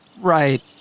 Right